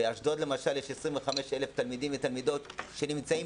באשדוד למשל יש 25,000 תלמידים ותלמידים שנמצאים